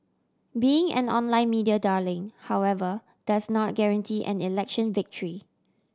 being an online media darling however does not guarantee an election victory